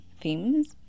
themes